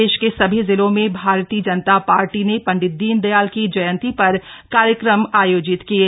प्रदेश के सभी जिलों में भारतीय जनता पार्टी ने पंडित दीनदयाल की जयंती पर कार्यक्रम आयोजित किये